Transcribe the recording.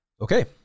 Okay